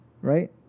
right